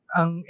ang